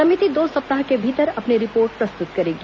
समिति दो सप्ताह के भीतर अपनी रिपोर्ट प्रस्तुत करेगी